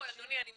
אדוני אני מצטערת,